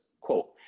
quote